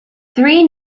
three